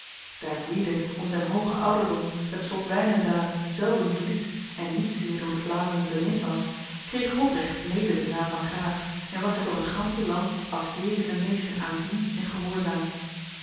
daar gwyde om zijn hoge ouderdom het slot wijnendale zelden verliet en niet zeer door de vlamingen bemind was kreeg robrecht mede de naam van graaf en was hij door het ganse land als heer en meester aanzien en gehoorzaamd